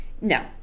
no